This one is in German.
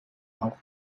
auch